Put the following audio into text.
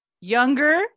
younger